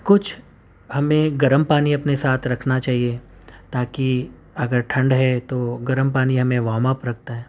کچھ ہمیں گرم پانی اپنے ساتھ رکھنا چاہیے تاکہ اگر ٹھنڈ ہے تو گرم پانی ہمیں وام اپ رکھتا ہے